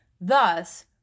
Thus